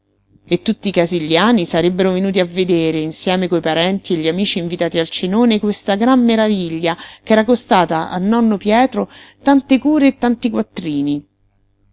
e tutti i casigliani sarebbero venuti a vedere insieme coi parenti e gli amici invitati al cenone questa gran maraviglia ch'era costata a nonno pietro tante cure e tanti quattrini